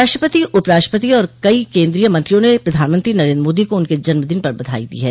राष्ट्रपति उप राष्ट्रपति और कई केन्द्रीय मंत्रियों ने प्रधानमंत्री नरेन्द्र मोदी को उनके जन्मदिन पर बधाई दी है